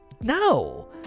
No